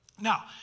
Now